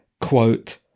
quote